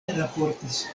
raportis